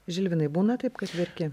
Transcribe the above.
žilvinai būna taip kad verki